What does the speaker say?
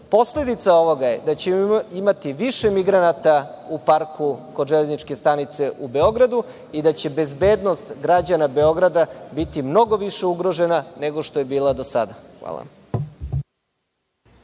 Posledica ovoga je da ćemo imati više migranata u parku kod Železničke stanice u Beogradu i da će bezbednost građana Beograda biti mnogo više ugrožena, nego što je bila do sada. Hvala.